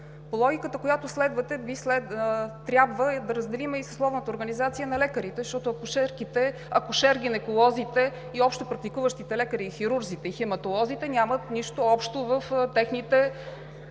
По логиката, която следвате, трябва да разделим и съсловната организация на лекарите, защото акушер-гинеколозите и общопрактикуващите лекари, хирурзите и хематолозите нямат нищо общо в техните